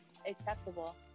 acceptable